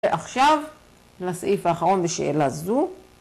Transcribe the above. עכשיו לסעיף האחרון בשאלה זו